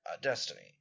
Destiny